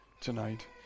tonight